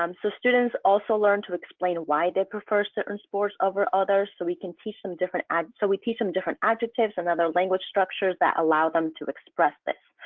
um so students also learn to explain why they prefer certain sports over others so we can teach them different. and so we teach them different adjectives and other language structures that allow them to express that.